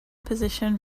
position